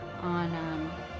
on